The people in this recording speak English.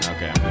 Okay